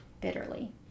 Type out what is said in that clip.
bitterly